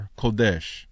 kodesh